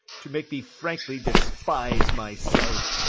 to make me frankly despise myself.